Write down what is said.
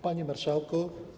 Panie Marszałku!